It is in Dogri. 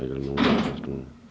अज्जकल नमें नमें सिस्टम